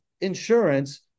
insurance